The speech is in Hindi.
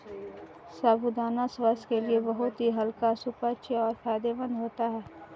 साबूदाना स्वास्थ्य के लिए बहुत ही हल्का सुपाच्य और फायदेमंद होता है